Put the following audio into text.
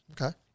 Okay